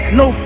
no